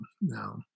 Now